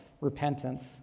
repentance